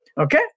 Okay